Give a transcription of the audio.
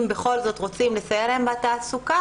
אם בכל זאת רוצים לסייע להן בתעסוקה,